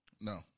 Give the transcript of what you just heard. No